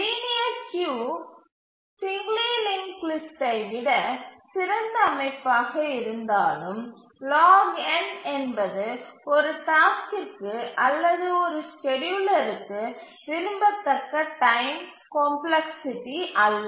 linear queue singly linked லிஸ்ட்டை விட சிறந்த அமைப்பாக இருந்தாலும் log n என்பது ஒரு டாஸ்க்கிற்கு அல்லது ஒரு ஸ்கேட்யூலருக்கு விரும்பத்தக்க டைம் காம்ப்ளக்ஸ்சிட்டி அல்ல